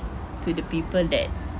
to the people that